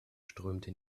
strömte